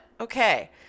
Okay